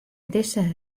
dizze